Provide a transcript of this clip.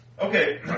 Okay